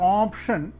option